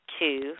Two